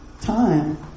Time